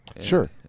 sure